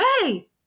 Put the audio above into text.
Hey